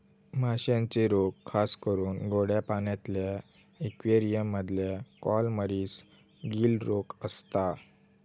माश्यांचे रोग खासकरून गोड्या पाण्यातल्या इक्वेरियम मधल्या कॉलमरीस, गील रोग असता